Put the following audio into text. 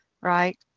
right